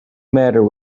matter